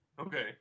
Okay